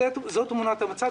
זו תמונת המצב.